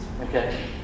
okay